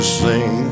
sing